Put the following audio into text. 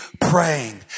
praying